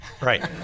right